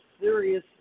serious